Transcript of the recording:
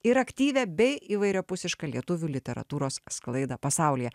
ir aktyvią bei įvairiapusišką lietuvių literatūros sklaidą pasaulyje